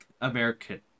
American